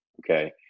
okay